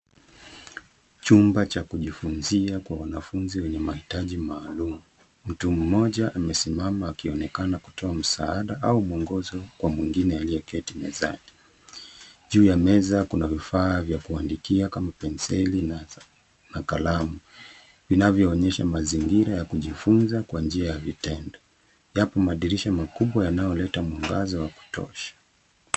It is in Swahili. Chumba cha kujifunzia kwa wanafunzi wenye mahitaji maalum. Mtu mmoja amesimama akionekana kutoa msaada au mwongozo kwa mwingine aliyeketi mezani. Juu ya meza kuna vifaa vya kuandikia kama penseli na kalamu. Vinavyoonyesha mazingira ya kujifunza kwa njia vitendo. Yapo madirisha makubwa yanayoleta mwangaza wa kutosha.